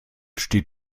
steht